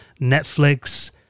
Netflix